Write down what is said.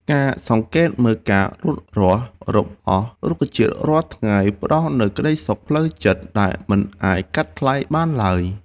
ការសង្កេតមើលការលូតលាស់របស់រុក្ខជាតិរាល់ថ្ងៃផ្តល់នូវក្តីសុខផ្លូវចិត្តដែលមិនអាចកាត់ថ្លៃបានឡើយ។